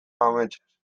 ametsez